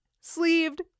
sleeved